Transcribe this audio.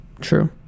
True